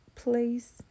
place